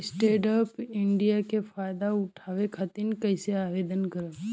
Stand up India के फाइदा उठाओ खातिर कईसे आवेदन करेम?